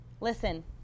Listen